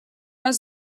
els